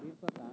ᱦᱩᱭᱩᱜ ᱠᱟᱱᱟ